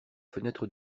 fenêtres